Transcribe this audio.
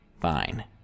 Fine